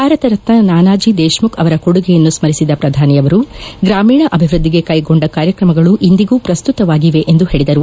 ಭಾರತ ರತ್ನ ನಾನಾಜಿ ದೇಶ್ಮುಖ್ ಅವರ ಕೊಡುಗೆಯನ್ನು ಸ್ಪರಿಸಿದ್ದ ಪ್ರಧಾನಿ ಅವರು ಗ್ರಾಮೀಣ ಅಭಿವ್ಯದ್ದಿಗೆ ಕ್ಟೆಗೊಂಡ ಕಾರ್ಯಕ್ರಮಗಳು ಇಂದಿಗೂ ಪ್ರಸ್ತುತವಾಗಿವೆ ಎಂದು ಪೇಳಿದರು